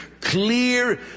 clear